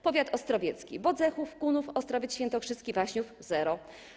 Powiat ostrowiecki: Bodzechów, Kunów, Ostrowiec Świętokrzyski, Waśniów - zero.